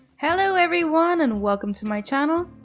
hello everyone and welcome to my channel.